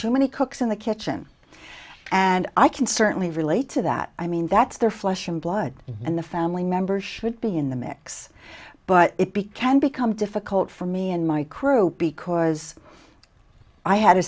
too many cooks in the kitchen and i can certainly relate to that i mean that's their flesh and blood and the family member should be in the mix but it became become difficult for me and my crew because i had a